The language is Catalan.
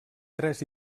tres